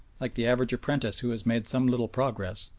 like the average apprentice who has made some little progress,